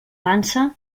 pansa